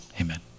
Amen